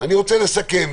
אני רוצה לסכם,